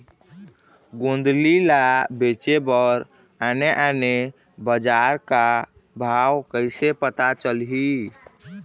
गोंदली ला बेचे बर आने आने बजार का भाव कइसे पता चलही?